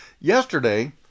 yesterday